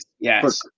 yes